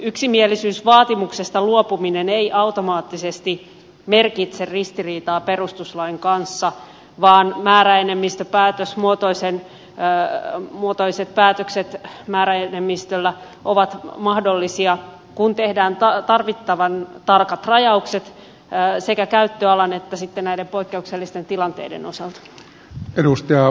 yksimielisyysvaatimuksesta luopuminen ei automaattisesti merkitse ristiriitaa perustuslain kanssa vaan päätökset määräenemmistöllä ovat mahdollisia kun tehdään tarvittavan tarkat rajaukset sekä käyttöalan että sitten näiden poikkeuksellisten tilanteiden osalta